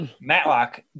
Matlock